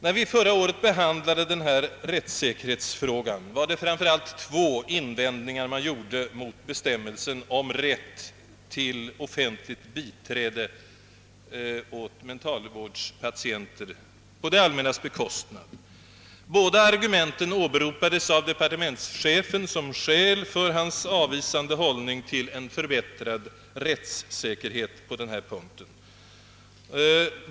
När vi förra året behandlade denna rättssäkerhetsfråga var det framför allt två invändningar som gjordes mot förslaget om en bestämmelse om rätt till offentligt biträde åt mentalvårdspatienter på det allmännas bekostnad. Båda argumenten åberopades av departementschefen som skäl för hans avvisande hållning till en förbättrad rättssäkerhet på denna punkt.